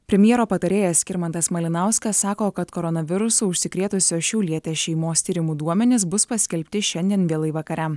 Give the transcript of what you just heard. premjero patarėjas skirmantas malinauskas sako kad koronavirusu užsikrėtusios šiaulietės šeimos tyrimų duomenys bus paskelbti šiandien vėlai vakare